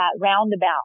roundabout